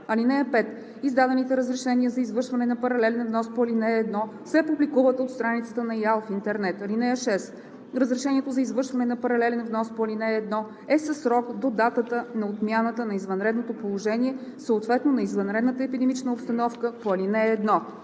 (5) Издадените разрешения за извършване на паралелен внос по ал. 1 се публикуват на страницата на ИАЛ в интернет. (6) Разрешението за извършване на паралелен внос по ал. 1 е със срок до датата на отмяната на извънредното положение, съответно на извънредната епидемична обстановка по ал. 1.